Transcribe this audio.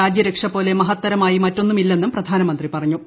രാജ്യരക്ഷ പോലെ മഹത്തരമായി മറ്റൊന്നുമില്ലെന്നും പ്രധാനമന്ത്രി പറഞ്ഞു